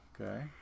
okay